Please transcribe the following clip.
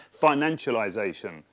financialisation